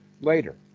later